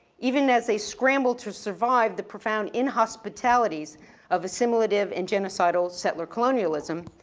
even as a scramble to survive the profound inhospitalities of assimilative and genocidal settler colonialism,